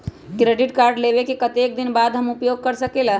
Credit card लेबे के कतेक दिन बाद हम उपयोग कर सकेला?